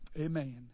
Amen